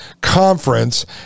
conference